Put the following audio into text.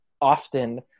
often